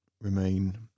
remain